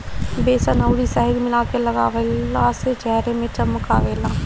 बेसन अउरी शहद मिला के लगवला से चेहरा में चमक आवेला